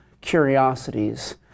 curiosities